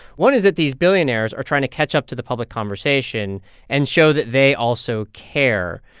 one is that these billionaires are trying to catch up to the public conversation and show that they also care,